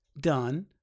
done